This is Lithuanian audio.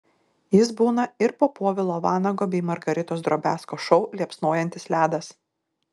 jis būna ir po povilo vanago bei margaritos drobiazko šou liepsnojantis ledas